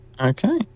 Okay